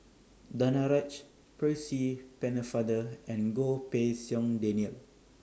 Danaraj Percy Pennefather and Goh Pei Siong Daniel